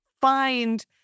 find